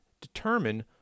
determine